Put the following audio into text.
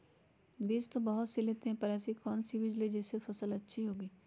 बीज तो बहुत सी लेते हैं पर ऐसी कौन सी बिज जिससे फसल अच्छी होगी?